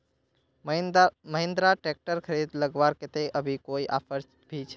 Mahindra tractor खरीद लगवार केते अभी कोई ऑफर भी छे?